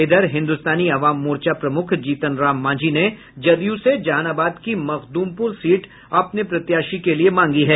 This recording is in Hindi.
इधर हिन्दुस्तानी अवाम मोर्चा प्रमुख जीतन राम मांझी ने जदयू से जहानाबाद की मखदुमपुर सीट अपने प्रत्याशी के लिये मांगी है